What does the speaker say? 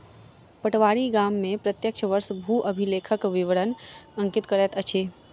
पटवारी गाम में प्रत्येक वर्ष भू अभिलेखक विवरण अंकित करैत अछि